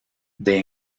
they